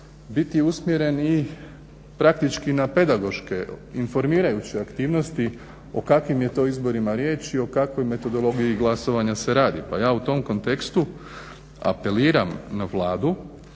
biti usmjeren i praktički na pedagoške informirajuće aktivnosti, o kakvim je to izborima riječ i o kakvoj metodologiji glasovanja se radi pa ja o tom kontekstu apeliram na Vladu